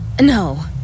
No